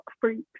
freaks